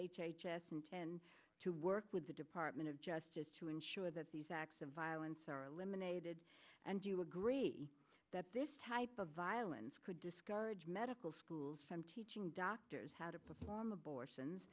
intend to work with the department of justice to ensure that these acts of violence are eliminated and do you agree that this type of violence could discourage medical schools from teaching doctors how to perform abortions